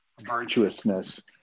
virtuousness